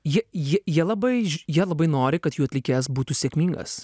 jie jie jie labai ž jie labai nori kad jų atlikėjas būtų sėkmingas